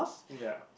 ya